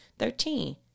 Thirteen